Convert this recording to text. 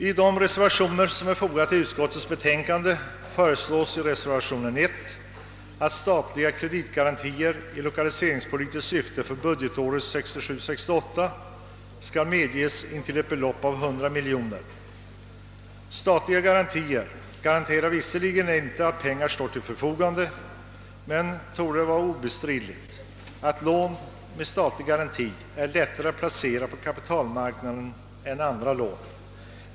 I de reservationer som är fogade till utskottets betänkande föreslås i reservationen 1 att statliga kreditgarantier i lokaliseringspolitiskt syfte för budgeåret 1967/68 skall medges intill ett belopp av 100 miljoner kronor. Statliga garantier betyder visserligen inte att pengar står till förfogande, men det torde vara obestridligt att lån med statlig garanti är lättare att placera på kapitalmarknaden än andra lån.